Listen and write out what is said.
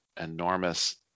enormous